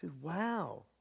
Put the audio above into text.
Wow